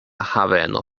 haveno